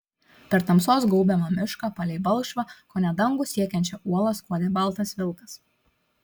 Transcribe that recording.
per tamsos gaubiamą mišką palei balkšvą kone dangų siekiančią uolą skuodė baltas vilkas